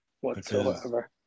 whatsoever